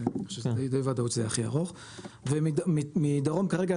די בוודאות זה הכי ארוך ומדרום כרגע,